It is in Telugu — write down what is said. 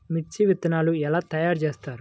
మిర్చి విత్తనాలు ఎలా తయారు చేస్తారు?